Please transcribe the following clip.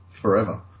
forever